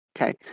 Okay